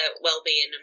Wellbeing